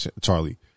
Charlie